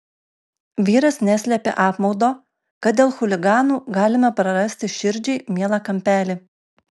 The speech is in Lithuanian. vyras neslėpė apmaudo kad dėl chuliganų galime prarasti širdžiai mielą kampelį